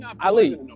Ali